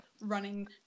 running